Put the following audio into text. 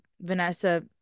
Vanessa